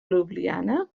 ljubljana